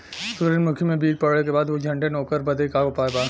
सुरजमुखी मे बीज पड़ले के बाद ऊ झंडेन ओकरा बदे का उपाय बा?